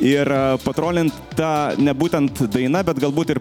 ir patrolint ta ne būtent daina bet galbūt ir